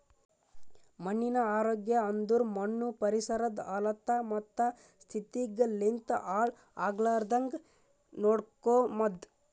ಮಣ್ಣಿನ ಆರೋಗ್ಯ ಅಂದುರ್ ಮಣ್ಣು ಪರಿಸರದ್ ಹಲತ್ತ ಮತ್ತ ಸ್ಥಿತಿಗ್ ಲಿಂತ್ ಹಾಳ್ ಆಗ್ಲಾರ್ದಾಂಗ್ ನೋಡ್ಕೊಮದ್